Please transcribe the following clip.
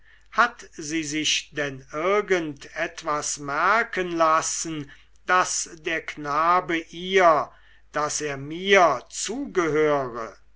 hat sie sich denn irgend etwas merken lassen daß der knabe ihr daß er mir zugehöre